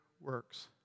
works